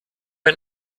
ein